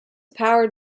powered